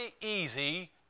easy